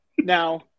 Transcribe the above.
Now